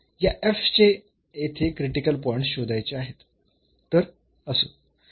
या चे येथे क्रिटिकल पॉईंट्स शोधायचे आहेत